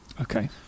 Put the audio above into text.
Okay